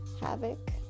havoc